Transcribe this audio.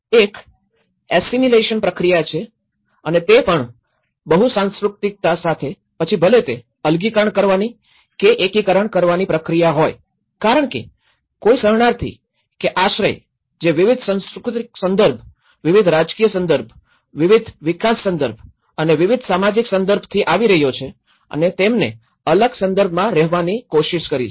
એક એસિમિલેશન પ્રક્રિયા છે અને તે પણ બહુસાંસ્કૃતિકતા સાથે પછી ભલે તે અલગીકરણ કરવાની કે એકીકરણ કરવાની પ્રક્રિયા હોય કારણ કે કોઈ શરણાર્થી કે આશ્રય જે વિવિધ સાંસ્કૃતિક સંદર્ભ વિવિધ રાજકીય સંદર્ભ વિવિધ વિકાસ સંદર્ભ અને વિવિધ સામાજિક સંદર્ભથી આવી રહ્યો છે અને તેમને અલગ સંદર્ભમાં રહેવાની કોશિશ કરી છે